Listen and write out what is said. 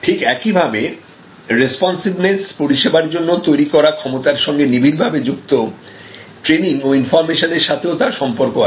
ঠিক এইভাবে রেস্পন্সিভেনেস পরিষেবার জন্য তৈরি করা ক্ষমতার সঙ্গে নিবিড় ভাবে যুক্ত ট্রেনিং ও ইনফরমেশন এর সাথেও তার সম্পর্ক আছে